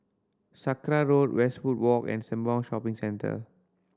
Sakra Road Westwood Walk and Sembawang Shopping Centre